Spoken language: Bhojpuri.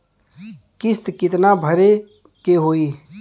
किस्त कितना भरे के होइ?